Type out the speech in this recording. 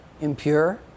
impure